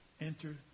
enter